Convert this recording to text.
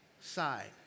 side